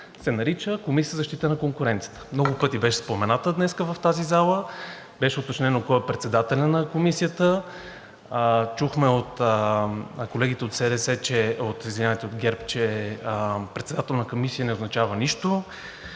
се нарича Комисия за защита на конкуренцията. Много пъти беше спомената днес в тази зала, беше уточнено кой е председател на Комисията, чухме от колегите от ГЕРБ, че председател на комисия не означава нищо.